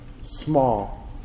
small